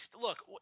Look